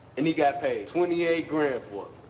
and he got paid twenty eight grand for